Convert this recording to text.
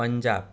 Punjab